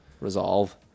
resolve